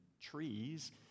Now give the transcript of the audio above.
trees